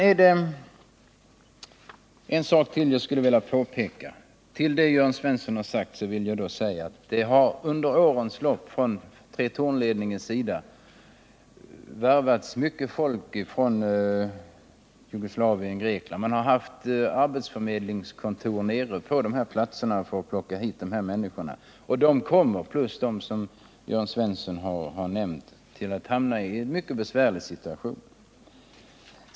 Utöver vad Jörn Svensson sagt vill jag påpeka att det har under årens lopp från Tretornledningens sida värvats mycket folk från Jugoslavien och Grekland. Man har haft arbetsförmedlingskontor på de aktuella platserna för att locka hit dessa människor, och de kommer, plus dem som Jörn Svensson har nämnt, att hamna i en mycket besvärlig situation.